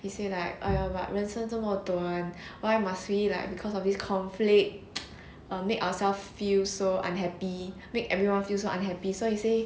he say like !aiya! but 人生这么短 why must we like because of this conflict or make ourselves feel so unhappy make everyone feel so unhappy so he say